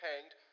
hanged